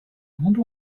wonder